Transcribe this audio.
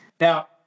now